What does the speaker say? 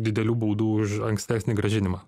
didelių baudų už ankstesnį grąžinimą